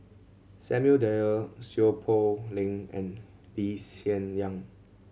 Samuel Dyer Seow Poh Leng and Lee Hsien Yang